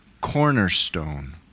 cornerstone